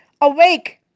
awake